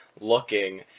looking